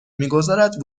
میگذارد